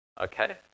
Okay